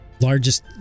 largest